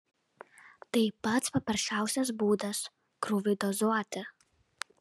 tai pats paprasčiausias būdas krūviui dozuoti